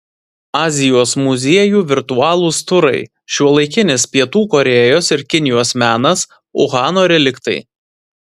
azijos muziejų virtualūs turai šiuolaikinis pietų korėjos ir kinijos menas uhano reliktai